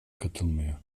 katılmıyor